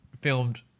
filmed